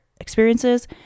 experiences